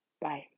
Bye